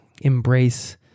embrace